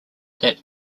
that